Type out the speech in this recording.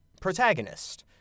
protagonist